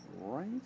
right